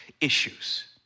issues